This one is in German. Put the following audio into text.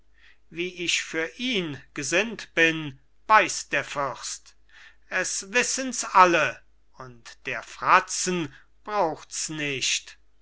wie ich für ihn gesinnt bin weiß der fürst es wissens alle und der fratzen brauchts nicht